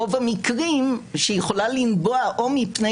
זה רוב המקרים - שיכולה לנבוע או מפני